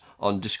on